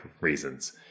reasons